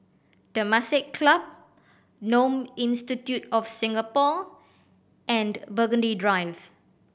Temasek Club Genome Institute of Singapore and Burgundy Drive